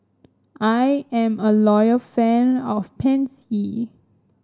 I am a loyal friend of Pansy